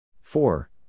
four